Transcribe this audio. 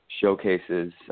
showcases